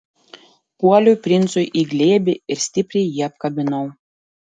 puoliau princui į glėbį ir stipriai jį apkabinau